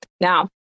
now